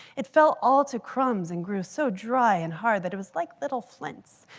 it fell all to crumbs and grew so dry and hard that it was like little flints.